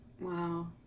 Wow